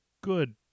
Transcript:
good